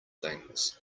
things